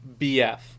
BF